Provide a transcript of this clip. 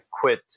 quit